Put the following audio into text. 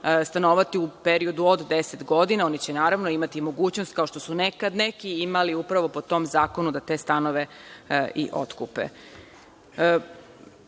stanovati u periodu od deset godina, oni će, naravno, imati mogućnost, kao što su nekad neki imali upravo po tom zakonu da te stanove i